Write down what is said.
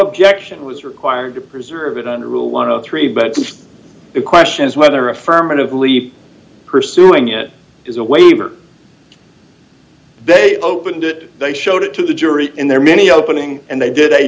objection was required to preserve it under rule one of three but the question is whether affirmatively pursuing it is a waiver they opened it they showed it to the jury in their many opening and they did a